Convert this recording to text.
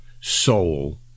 soul